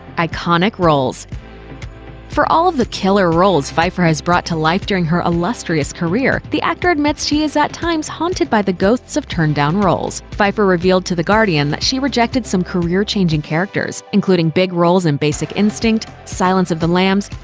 iconic roles for all of the killer roles pfeiffer has brought to life during her illustrious career, the actor admits she is at times haunted by the ghosts of turned down roles. pfeiffer revealed to the guardian that she rejected some career-changing characters including big roles in basic instinct, silence of the lambs,